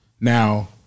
Now